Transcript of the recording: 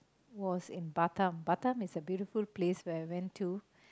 was in Batam Batam is a beautiful place where I went to